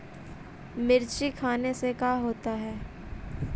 मिर्ची खाने से का होता है?